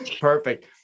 Perfect